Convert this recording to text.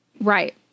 Right